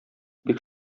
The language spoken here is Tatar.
бик